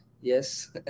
Yes